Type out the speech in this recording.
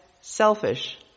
selfish